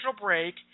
break